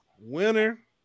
Winner